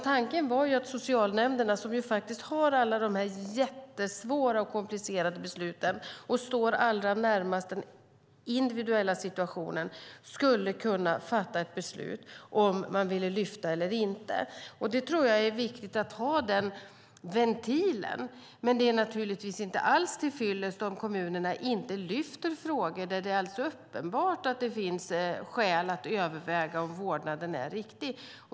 Tanken var att socialnämnderna, som har alla de jättesvåra och komplicerade besluten och som står allra närmast den individuella situationen, skulle kunna fatta ett beslut om huruvida man ville lyfta fram detta eller inte. Jag tror att det är viktigt att ha denna ventil, men det är inte alls till fyllest om kommunerna inte lyfter fram frågor där det alldeles uppenbart finns skäl att överväga om vårdnaden är riktig.